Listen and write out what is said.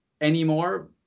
anymore